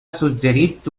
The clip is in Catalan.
suggerit